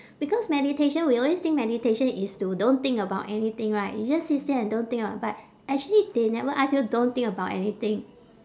because meditation we always think meditation is to don't think about anything right you just sit still and don't think about but actually they never ask you don't think about anything